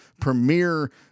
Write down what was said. premier